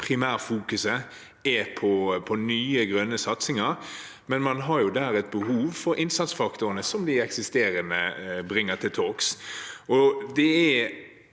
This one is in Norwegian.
primært fokuseres på nye, grønne satsinger, men der har man et behov for innsatsfaktorene som de eksisterende bringer til torgs.